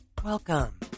Welcome